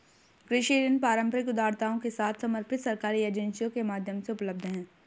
कृषि ऋण पारंपरिक उधारदाताओं के साथ समर्पित सरकारी एजेंसियों के माध्यम से उपलब्ध हैं